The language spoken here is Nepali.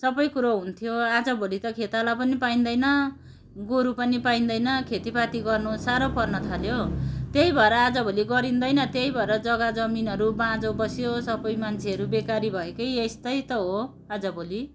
सबै कुरो हुन्थ्यो आजभोलि त खेताला पनि पाइँदैन गोरु पनि पाइँदैन खेतीपाती गर्नु साह्रो पर्न थाल्यो त्यही भएर आजभोलि गरिँदैन त्यही भएर जग्गा जमिनहरू बाँझो बस्यो सबै मान्छेहरू बेकारी भएकै यस्तै त हो आजभोलि